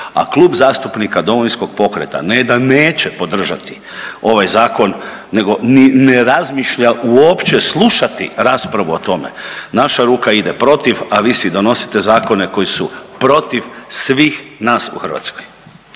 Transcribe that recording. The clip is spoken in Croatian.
a Klub zastupnika Domovinskog pokreta ne da neće podržati ovaj zakon nego ni ne razmišlja uopće slušati raspravu o tome, naša ruka ide protiv, a vi si donosite zakone koji su protiv svih nas u Hrvatskoj.